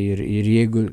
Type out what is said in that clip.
ir ir jeigu